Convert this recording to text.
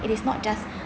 it is not just